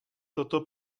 toto